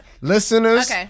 listeners